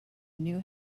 new